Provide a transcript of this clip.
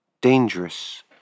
dangerous